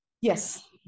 yes